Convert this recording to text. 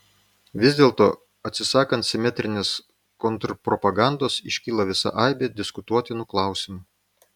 vis dėlto atsisakant simetrinės kontrpropagandos iškyla visa aibė diskutuotinų klausimų